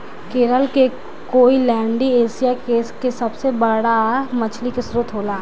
केरल के कोईलैण्डी एशिया के सबसे बड़ा मछली के स्त्रोत होला